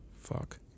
Fuck